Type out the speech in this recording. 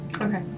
Okay